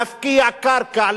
להפקיע קרקע,